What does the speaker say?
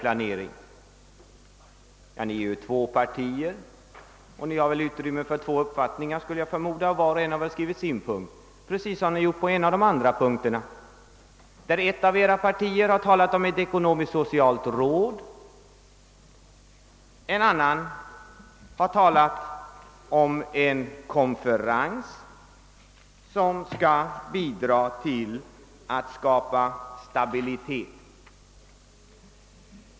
Ja, ni är ju två partier och har väl utrymme för två uppfattningar, skulle jag förmoda; var och en av er har väl skrivit sin punkt. I en annan punkt har ett av era partier talat om ett ekonomisk-socialt råd, medan det andra partiet, antar jag, under en annan punkt har talat om en konferens som skall bidra till att skapa stabilitet.